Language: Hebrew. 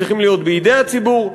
צריכים להיות בידי הציבור.